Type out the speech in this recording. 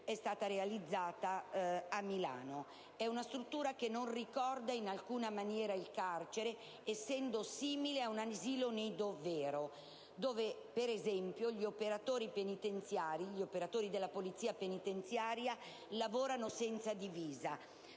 è stata realizzata a Milano. È una struttura che non ricorda in alcuna maniera il carcere, essendo simile a un asilo nido vero, dove per esempio gli operatori della polizia penitenziaria lavorano senza divisa;